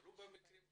נתקלו במקרים כאלה.